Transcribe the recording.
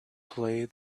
play